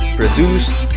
produced